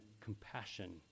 compassion